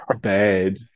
bad